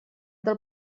del